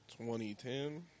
2010